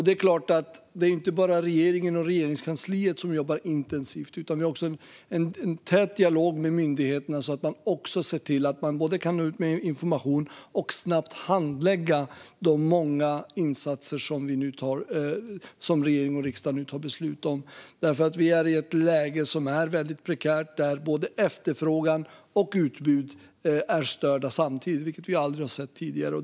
Det är klart att det inte bara är regeringen och Regeringskansliet som jobbar intensivt. Vi har också en tät dialog med myndigheterna så att de också ser till att nå ut med information och snabbt handlägga de många insatser som regering och riksdag nu tar beslut om. Vi är i ett mycket prekärt läge där både efterfrågan och utbudet är störda samtidigt, vilket vi aldrig har sett tidigare.